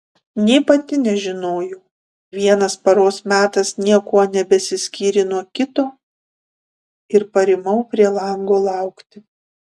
nė pati nežinojau vienas paros metas niekuo nebesiskyrė nuo kito ir parimau prie lango laukti